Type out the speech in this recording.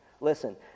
Listen